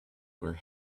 were